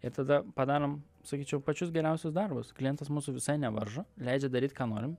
ir tada padarom sakyčiau pačius geriausius darbus klientas mūsų visai nevaržo leidžia daryt ką norim